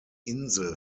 insel